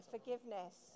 Forgiveness